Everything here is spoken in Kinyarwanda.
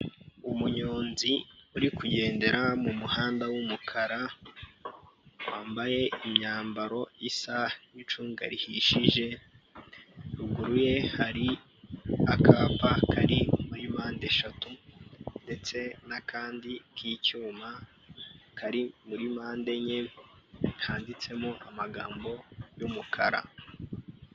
Umunyonzi uri kugendera mumuhanda w'umukara, wambaye imyambaro isa n'icunga rihishije, ruguru ye hari akapa kari muri mpande eshatu, ndetse n'akandi k'icyuma kari muri mpande enye, handitsemo amagambo y'umukara.